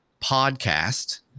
podcast